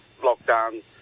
lockdown